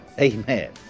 Amen